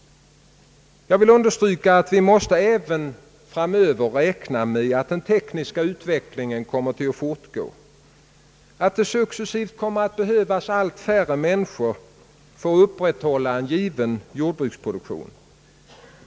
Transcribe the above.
Jag vill understryka att vi även framöver måste räkna med att den tekniska utvecklingen kommer att fortgå och att det successivt kommer att behövas allt färre människor för att upprätthålla en given jordbruksproduktion.